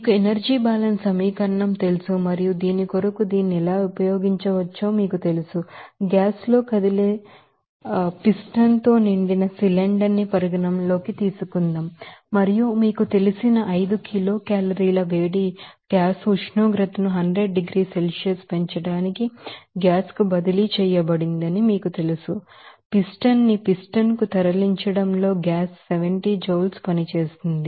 మీకు energy balance సమీకరణం తెలుసు మరియు దీని కొరకు దీనిని ఎలా ఉపయోగించవచ్చో మీకు తెలుసు గ్యాస్ తో కదిలే పిస్టన్ తో నిండిన సిలెండర్ ని పరిగణనలోకి తీసుకుందాం మరియు మీకు తెలిసిన 5 కిలోకేలరీల వేడి గ్యాస్ ఉష్ణోగ్రతను 100 డిగ్రీల సెల్సియస్ పెంచడానికి గ్యాస్ కు బదిలీ చేయబడిందని మీకు తెలుసు పిస్టన్ ని పిస్టన్ కు తరలించడంలో గ్యాస్ 70 జౌల్స్ పనిచేస్తుంది